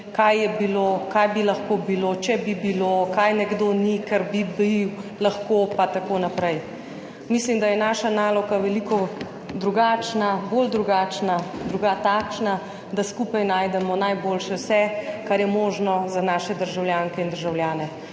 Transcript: kaj je bilo, kaj bi lahko bilo, če bi bilo, kaj nekdo ni, ker bi bil lahko, pa tako naprej. Mislim, da je naša naloga drugačna, bolj drugačna, takšna, da skupaj najdemo najboljše, vse, kar je možno za naše državljanke in državljane.